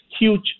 huge